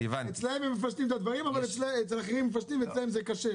אצל אחרים הם מפשטים ואצלם זה קשה,